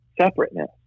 separateness